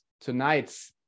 tonight's